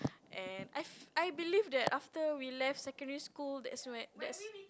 and I fe~ I believe that after we left secondary school that's when that's